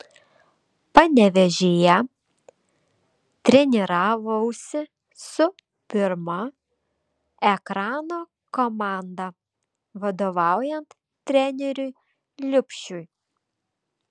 panevėžyje treniravausi su pirma ekrano komanda vadovaujant treneriui liubšiui